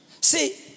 See